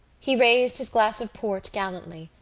he raised his glass of port gallantly,